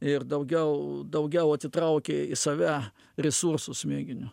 ir daugiau daugiau atitraukia į save resursus smegenių